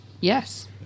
yes